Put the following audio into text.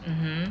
mmhmm